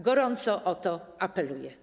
Gorąco o to apeluję.